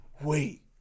wait